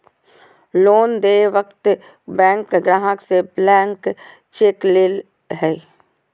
loan देय वक्त bank ग्राहक से ब्लैंक चेक ले हइ